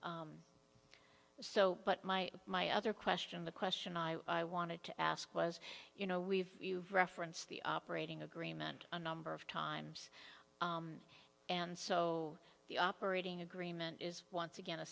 so but my my other question the question i wanted to ask was you know we've referenced the operating agreement a number of times and so the operating agreement is once again a